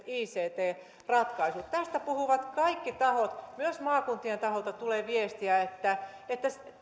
ict ratkaisut tästä puhuvat kaikki tahot myös maakuntien taholta tulee viestiä että